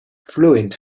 fluent